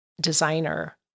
designer